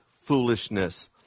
foolishness